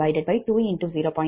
79 MW